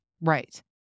Right